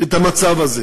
את המצב הזה,